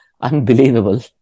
unbelievable